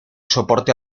soporte